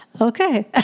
okay